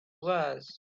was